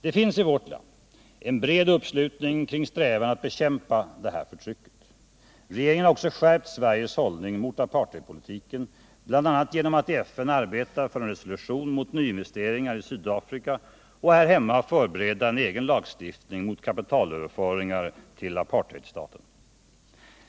Det finns i vårt land en bred uppslutning kring strävan att bekämpa detta förtryck. Regeringen har också skärpt Sveriges hållning mot apartheidpolitiken, bl.a. genom att i FN arbeta för en resolution mot nyinvesteringar i Sydafrika och här hemma förbereda en egen lagstiftning mot kapitalöverföringar till apartheidstaten.